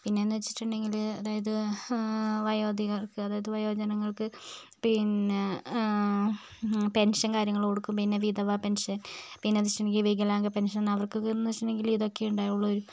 പിന്നെയെന്ന് വെച്ചിട്ടുണ്ടെങ്കിൽ അതായത് വയോധികർക്ക് അതായത് വയോ ജനങ്ങൾക്ക് പിന്നെ പെൻഷൻ കാര്യങ്ങൾ കൊടുക്കും പിന്നെ വിധവ പെൻഷൻ പിന്നെ എന്താ വെച്ചിട്ടുണ്ടെങ്കിൽ വിഗലാംഗ പെൻഷൻ അവർക്കൊക്കെയെന്ന് വെച്ചിട്ടുണ്ടെങ്കിൽ ഇതൊക്കെയേ ഉണ്ടാവുകയുള്ളു